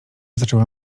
zaczęła